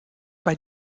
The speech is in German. bei